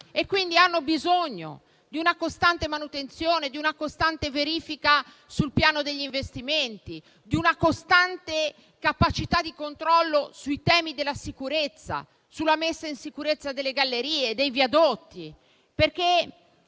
e, quindi, hanno bisogno di una costante manutenzione, di una costante verifica sul piano degli investimenti, di una costante capacità di controllo sui temi della sicurezza, sulla messa in sicurezza delle gallerie e dei viadotti.